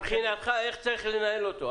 מבחינתך איך צריך לנהל אותו?